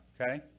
Okay